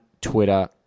Twitter